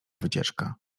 wycieczka